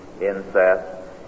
incest